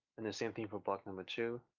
and the same thing for block number two,